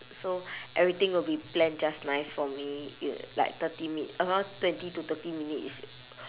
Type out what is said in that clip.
so everything will be plan just nice for me y~ like thirty mi~ around twenty to thirty minutes is